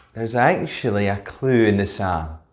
there's actually a clue in the psalm.